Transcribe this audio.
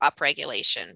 upregulation